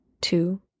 Two